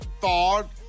thought